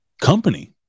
company